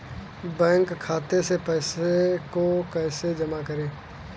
Bank खाते से पैसे को कैसे जमा करें?